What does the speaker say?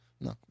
no